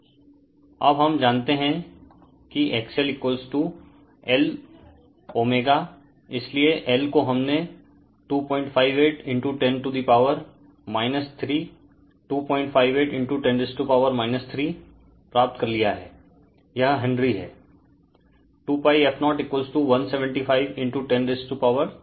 Refer Slide Time 0127 अब हम जानते हैं कि XL Lω इसलिए L को हमने 258 10 टू दा पावर 325810 3 प्राप्त कर लिया है यह हेनरी हैं